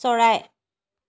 চৰাই